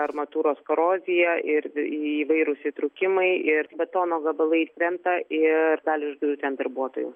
armatūros korozija ir įvairūs įtrūkimai ir betono gabalais krenta ir gali užgriūti ant darbuotojų